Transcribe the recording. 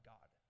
God